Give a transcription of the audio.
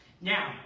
Now